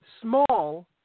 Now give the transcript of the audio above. small